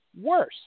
worse